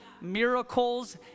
miracles